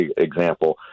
example